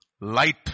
light